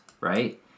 right